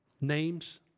names